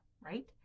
right